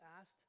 asked